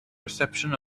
reception